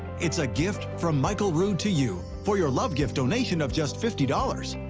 it's a gift from michael rood to you for your love gift donation of just fifty dollars.